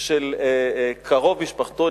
של קרוב משפחתו,